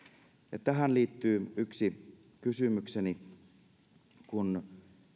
ja tähän liittyy yksi kysymykseni kun